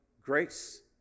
grace